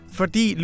fordi